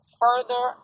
further